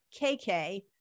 KK